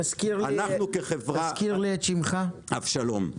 אנחנו כחברה -- אבשלום,